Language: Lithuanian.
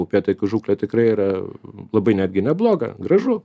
upėtakių žūklė tikrai yra labai netgi nebloga gražu